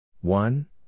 One